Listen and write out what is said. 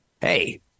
hey